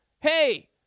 hey